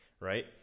Right